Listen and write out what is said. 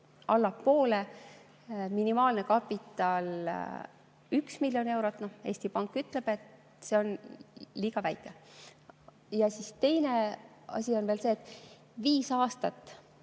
minimaalne kapital on 1 miljon eurot. Eesti Pank ütleb, et seda on liiga vähe. Teine asi on veel see, et viis aastat